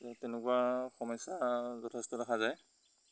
তেনেকুৱা সমস্যা যথেষ্ট দেখা যায়